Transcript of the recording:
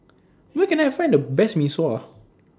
Where Can I Find The Best Mee Sua